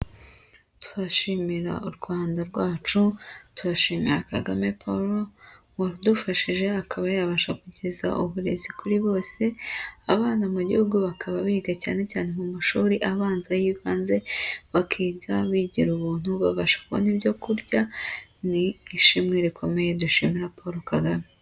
Turashimira u Rwanda rwacu, turashimira Kagame Paul, wadufashije akaba yabasha kugeza uburezi kuri bose, abana mu gihugu bakaba biga cyane cyane mu mashuri abanza y'ibanze, bakiga bigira ubuntu, babasha kubona ibyo kurya, ni ishimwe rikomeye dushimira Paul Kagame.